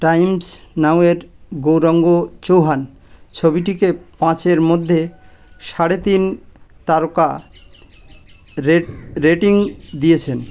Times Now এর গৌরাঙ্গ চৌহান ছবিটিকে পাঁচের মধ্যে সাড়ে তিন তারকা রে রেটিং দিয়েছেন